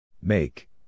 Make